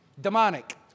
Demonic